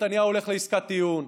נתניהו הולך לעסקת טיעון.